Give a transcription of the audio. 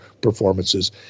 performances